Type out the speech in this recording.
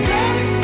Take